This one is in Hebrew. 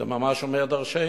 זה ממש אומר דורשני.